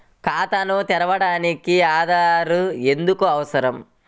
ఖాతాను తెరవడానికి ఆధార్ ఎందుకు అవసరం?